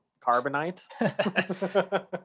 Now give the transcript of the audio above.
carbonite